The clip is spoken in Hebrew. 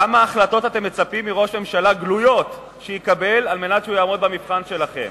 כמה החלטות אתם מצפים מראש ממשלה שיקבל על מנת שיעמוד במבחן שלכם?